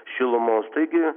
šilumos taigi